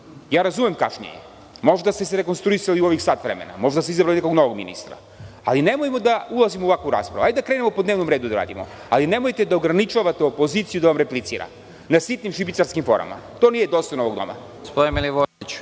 Razumem kašnjenje, možda ste se rekonstruisali u ovih sat vremena, možda ste izabrali nekog novog ministra, ali nemojmo da ulazimo u ovakvu raspravu. Hajde da krenemo da radimo po dnevnom redu. Ali, nemojte da ograničavate opoziciju da vam replicira na sitnim šibicarskim forama, to nije dostojno ovog doma.